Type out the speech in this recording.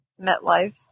MetLife